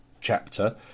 chapter